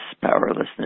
powerlessness